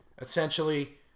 Essentially